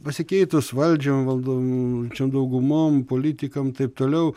pasikeitus valdžiom valndančiom daugumom politikam taip toliau